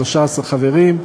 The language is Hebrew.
13 חברים.